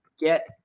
get